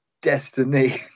destiny